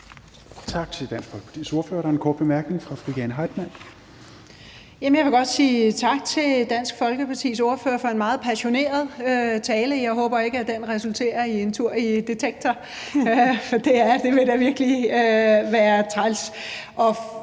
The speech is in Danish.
Tak til Dansk Folkepartis ordfører. Der er en kort bemærkning fra fru Jane Heitmann. Kl. 11:01 Jane Heitmann (V): Jeg vil godt sige tak til Dansk Folkepartis ordfører for en meget passioneret tale. Jeg håber ikke, at den resulterer i en tur i Detektor, for det ville da virkelig være træls.